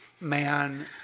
man